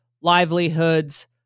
livelihoods